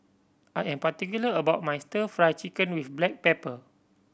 I am particular about my Stir Fried Chicken with black pepper